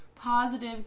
positive